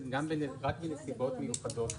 אבל גם זה רק בנסיבות מיוחדות וחריגות.